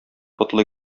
потлы